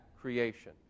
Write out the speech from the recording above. creation